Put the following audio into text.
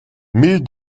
mille